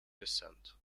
descent